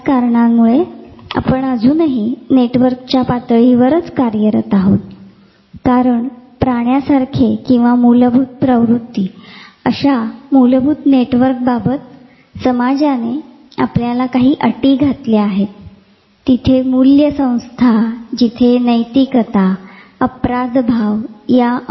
याच कारणामुळे आपण अजूनही नेटवर्कच्या पातळीवर कार्य करत नाही कारण प्राण्यासारखे किंवा मुलभूत प्रवृत्ती अशा मुलभूत नेटवर्कबाबत समाजाने आपल्याला काही अटी घातल्या आहेत ज्यामध्ये मूल्यसंस्था नैतिकता अपराधभाव यांचा समावेश होतो